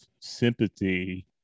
sympathy